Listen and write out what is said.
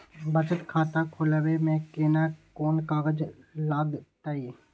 बचत खाता खोलबै में केना कोन कागज लागतै?